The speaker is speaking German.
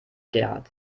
gerhard